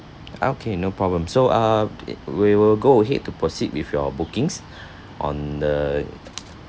okay no problem so uh it we will go ahead to proceed with your bookings on the